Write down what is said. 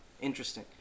interesting